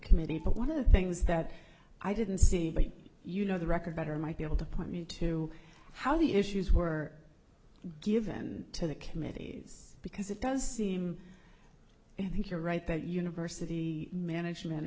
committee but one of the things that i didn't see you know the record better might be able to point me to how the issues were given to the committees because it does seem i think you're right that university the management